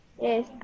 Yes